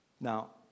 Now